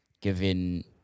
giving